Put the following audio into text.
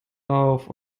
rauf